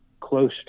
close